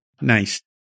Nice